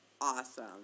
awesome